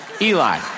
Eli